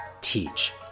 teach